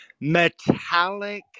metallic